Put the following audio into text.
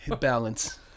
balance